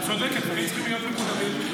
את צודקת, צריכים להיות מקודמים עד סוף הכנס.